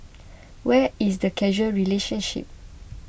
where is the causal relationship